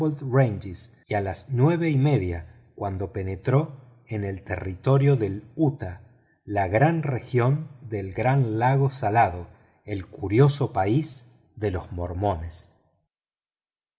y las nueve y media cuando penetró en el territorio de utah la región del gran lago salado el curioso país de los mormones